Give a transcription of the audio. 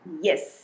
Yes